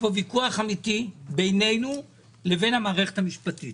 בינינו לבין המערכת המשפטית.